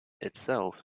itself